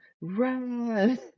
run